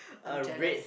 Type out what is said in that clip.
I'm jealous